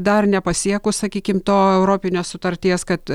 dar nepasiekus sakykim to europinio sutarties kad